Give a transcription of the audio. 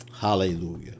Hallelujah